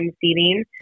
seating